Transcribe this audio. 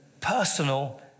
personal